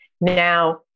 Now